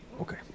Okay